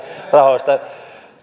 rahoista